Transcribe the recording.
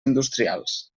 industrials